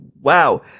wow